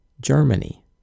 Germany